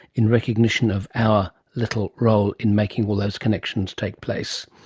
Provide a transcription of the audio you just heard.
in recognition of our little role in making all those connections take place.